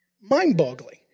mind-boggling